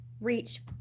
reach